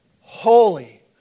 holy